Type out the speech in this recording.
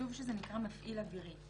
כתוב שזה נקרא "מפעיל אווירי".